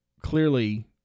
clearly